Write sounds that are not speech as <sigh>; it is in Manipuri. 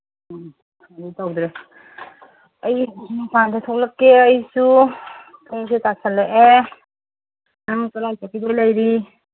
<unintelligible> ꯑꯩ ꯃꯄꯥꯟꯗ ꯊꯣꯂꯛꯀꯦ ꯑꯩꯁꯨ ꯄꯨꯡꯁꯦ ꯇꯥꯁꯜꯂꯛꯑꯦ ꯅꯪ ꯀꯔꯥꯏ ꯆꯠꯀꯗ ꯂꯩꯔꯤ